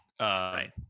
Right